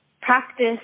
practice